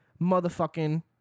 motherfucking